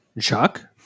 Chuck